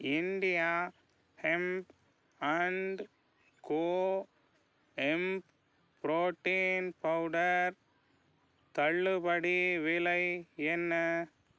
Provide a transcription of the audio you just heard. India hemp and co hemp protein powder தள்ளுபடி விலை என்ன